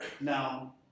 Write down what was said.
Now